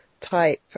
type